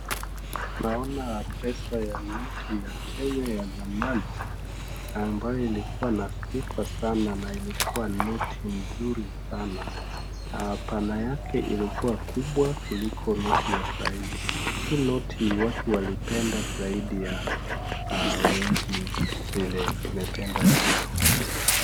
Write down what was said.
Naona pesa ya noti ya Kenya ya zamani ambayo ilikuwa na sifa sana na ilikuwa noti nzuri sana. Pana yake ilikuwa kubwa kuliko noti ya sai. Hii noti watu waliipenda zaidi ya wengi vile imependwa ya leo.